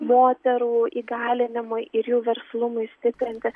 moterų įgalinimui ir jų verslumui stiprinti